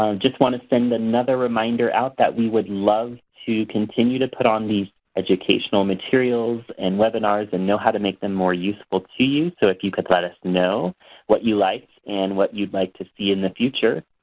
just want to send another reminder out that we would love to continue to put on these educational materials and webinars and know how to make them more useful to you, so if you could let us know what you liked and what you'd like to see in the future,